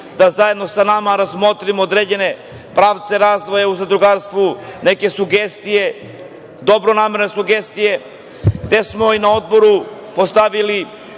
da zajedno sa nama razmotri određene pravce razvoja u zadrugarstvu, neke sugestije, dobronamerne sugestije. Na Odboru smo postavili